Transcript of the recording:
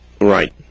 Right